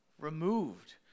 removed